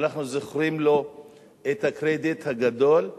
אנחנו זוכרים לו את הקרדיט הגדול,